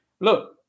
look